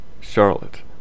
Charlotte